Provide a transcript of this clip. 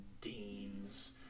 deans